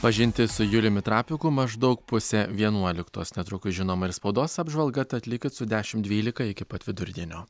pažintis su juliumi trapiku maždaug pusę vienuoliktos netrukus žinoma ir spaudos apžvalga tad likit su dešim dvylika iki pat vidurdienio